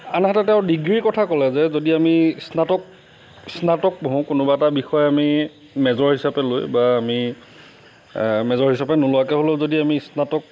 আনহাতে তেওঁ ডিগ্ৰীৰ কথা ক'লে যে যদি আমি স্নাতক স্নাতক কোনোবা এটা বিষয়ে আমি মেজৰ হিচাপে লৈ বা আমি মেজৰ হিচাপে নোলোৱাকৈ হ'লেও যদি আমি স্নাতক